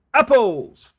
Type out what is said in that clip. apples